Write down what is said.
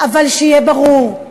אבל שיהיה ברור,